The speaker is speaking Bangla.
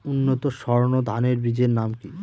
উন্নত সর্ন ধান বীজের নাম কি?